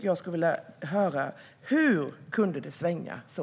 Jag skulle vilja höra hur det kunde svänga så.